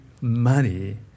money